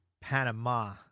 Panama